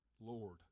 Lord